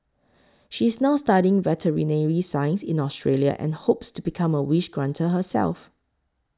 she is now studying veterinary science in Australia and hopes to become a wish granter herself